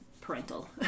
parental